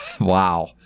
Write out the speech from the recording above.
Wow